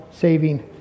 saving